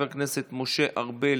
חבר הכנסת משה ארבל,